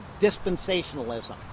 dispensationalism